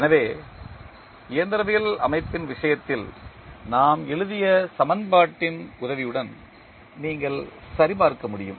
எனவே இயந்திரவியல் அமைப்பின் விஷயத்தில் நாம் எழுதிய சமன்பாட்டின் உதவியுடன் நீங்கள் சரிபார்க்க முடியும்